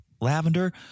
Lavender